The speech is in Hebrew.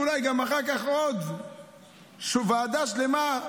אולי גם נעמיד אחר כך עוד ועדה שלמה,